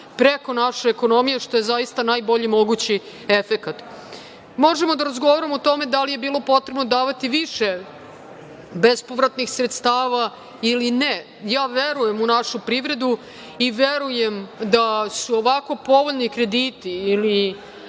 preko naše ekonomije, što je najbolji mogući efekat. Možemo da razgovaramo o tome da li je bilo potrebno davati više bespovratnih sredstava ili ne. Ja verujem u našu privredu i verujem da su ovako povoljni krediti ili